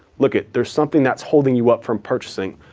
look it, there's something that's holding you up from purchasing.